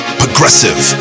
progressive